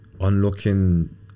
unlocking